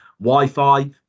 Wi-Fi